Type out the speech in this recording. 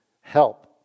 Help